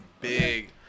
big